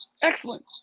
Excellent